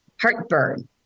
heartburn